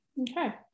Okay